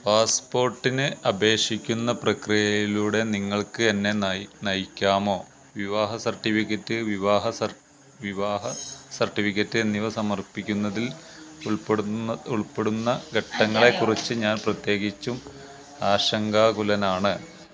പാസ്പോർട്ടിന് അപേക്ഷിക്കുന്ന പ്രക്രിയയിലൂടെ നിങ്ങൾക്ക് എന്നെ നയി നയിക്കാമോ വിവാഹ സർട്ടിഫിക്കറ്റ് വിവാഹ സർ വിവാഹ സർട്ടിഫിക്കറ്റ് എന്നിവ സമർപ്പിക്കുന്നതിൽ ഉള്പ്പെടുന്ന ഉൾപ്പെടുന്ന ഘട്ടങ്ങളെക്കുറിച്ച് ഞാൻ പ്രത്യേകിച്ചും ആശങ്കാകുലനാണ്